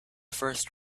first